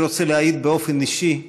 אני רוצה להעיד באופן אישי,